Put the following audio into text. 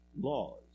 laws